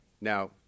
Now